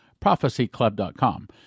prophecyclub.com